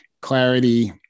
clarity